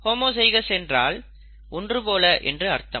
homozygous என்றால் ஒன்று போல என்று அர்த்தம்